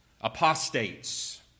apostates